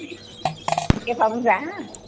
एफा बुरजा